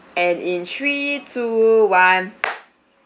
and in three two one